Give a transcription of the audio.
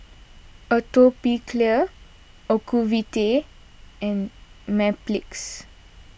Atopiclair Ocuvite and Mepilex